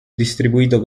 distribuito